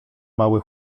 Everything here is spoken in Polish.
mały